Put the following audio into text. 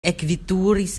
ekveturis